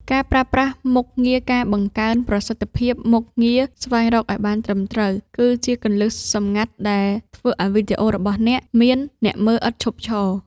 ការប្រើប្រាស់ មុខងារការបង្កើនប្រសិទ្ធភាពមុខងារស្វែងរកឱ្យបានត្រឹមត្រូវ គឺជាគន្លឹះសម្ងាត់ដែលធ្វើឱ្យវីដេអូរបស់អ្នកមានអ្នកមើលឥតឈប់ឈរ។